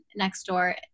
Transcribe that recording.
Nextdoor